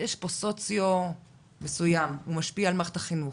יש פה סוציו מסוים, הוא משפיע על מערכת החינוך,